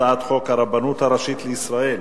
הצעת חוק הרבנות הראשית לישראל